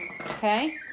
Okay